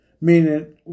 meaning